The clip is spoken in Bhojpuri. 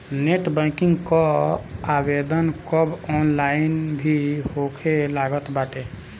नेट बैंकिंग कअ आवेदन अब ऑनलाइन भी होखे लागल बाटे